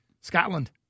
Scotland